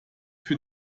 für